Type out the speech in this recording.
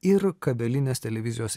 ir kabelinės televizijos